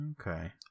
Okay